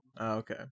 okay